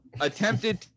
attempted